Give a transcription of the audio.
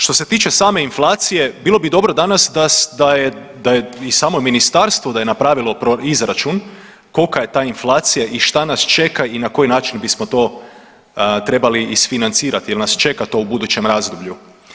Što se tiče same inflacije, bilo bi dobro danas da je i samo Ministarstvo da je napravilo izračun kolika je ta inflacija i šta nas čeka i na koji način bismo to trebali isfinancirati jer nas čeka to u budućem razdoblju.